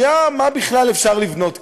מה בכלל אפשר לבנות כאן?